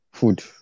Food